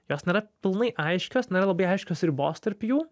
jos nėra pilnai aiškios nėra labai aiškios ribos tarp jų